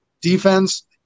defense